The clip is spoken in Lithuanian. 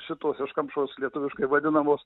šitos iškamšos lietuviškai vadinamos